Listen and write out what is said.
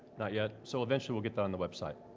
not yet? so eventually we'll get that on the website.